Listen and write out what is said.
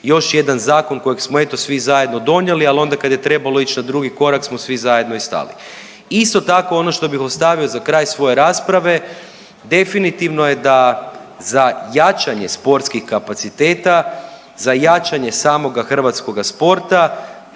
još jedan zakon kojeg smo eto svi zajedno donijeli. Ali onda kad je trebalo ići na drugi korak smo svi zajedno i stali. Isto tako, ono što bih ostavio za kraj svoje rasprave definitivno je da za jačanje sportskih kapaciteta, za jačanje samoga hrvatskoga sporta